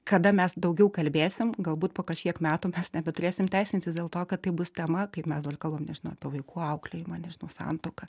kada mes daugiau kalbėsim galbūt po kažkiek metų mes nebeturėsim teisintis dėl to kad tai bus tema kaip mes dabar kalbam nežinau apie vaikų auklėjimą nežinau santuoką